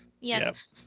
Yes